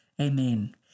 Amen